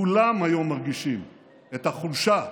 כולם היום מרגישים את החולשה,